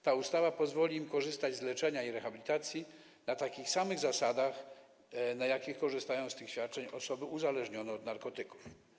Ta ustawa pozwoli im korzystać z leczenia i rehabilitacji na takich samych zasadach, na jakich korzystają z tych świadczeń osoby uzależnione od narkotyków.